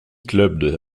club